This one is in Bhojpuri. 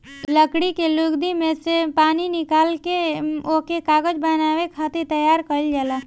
लकड़ी के लुगदी में से पानी निकाल के ओके कागज बनावे खातिर तैयार कइल जाला